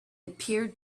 appeared